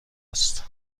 است